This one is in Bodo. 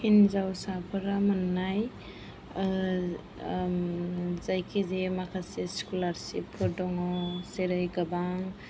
हिनजावसाफोरा मोननाय जायखिजाया माखासे स्क'लारशिप दङ जेरै गोबां